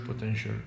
potential